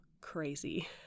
crazy